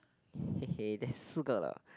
there's 四个了